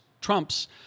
Trump's